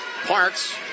Parks